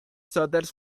stutters